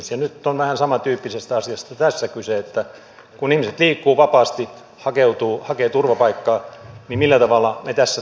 ja nyt on vähän samantyyppisestä asiasta tässä kyse että kun ihmiset liikkuvat vapaasti hakevat turvapaikkaa niin millä tavalla me tässä toimimme